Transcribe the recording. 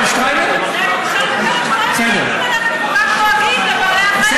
אם אנחנו כל כך דואגים לבעלי החיים,